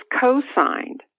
co-signed